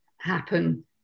happen